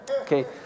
Okay